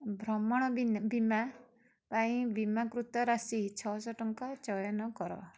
ଭ୍ରମଣ ବୀମା ପାଇଁ ବୀମାକୃତ ରାଶି ଛଅଶହ ଟଙ୍କା ଚୟନ କର